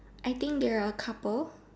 I think they're couple